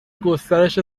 گسترش